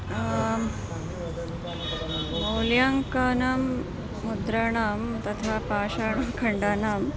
आं मूल्याङ्कानां मुद्राणां तथा पाषाण खण्डानां